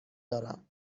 دارم